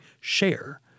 share